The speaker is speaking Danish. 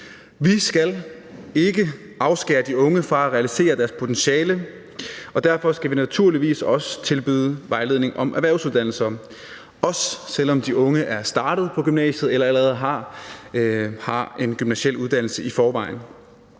Vi skal ikke afskære de unge fra at realisere deres potentiale, og derfor skal vi naturligvis også tilbyde vejledning om erhvervsuddannelser, også selv om de unge er startet på gymnasiet eller allerede har en gymnasiel uddannelse i forvejen.